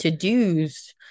to-dos